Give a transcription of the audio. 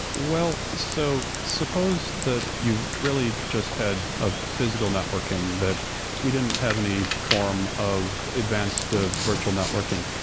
well, so suppose that you really just had a physical networking that we didn't have any form of advanced ah virtual networking,